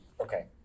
Okay